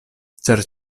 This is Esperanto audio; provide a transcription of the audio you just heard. ĉar